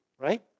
right